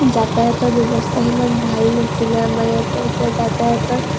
যাতায়াতৰ ব্যৱস্থা সিমান ভাল নাছিলে আমাৰ ইয়াতে এতিয়া যাতায়াতৰ